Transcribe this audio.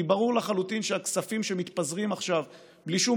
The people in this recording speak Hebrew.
כי ברור לחלוטין שהכספים שמתפזרים עכשיו בלי שום